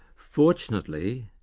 fortunately,